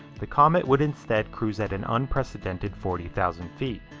the comet would instead cruise at an unprecedented forty thousand feet.